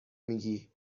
میگی